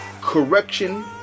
correction